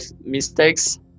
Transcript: mistakes